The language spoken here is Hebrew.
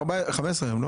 לא